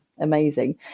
amazing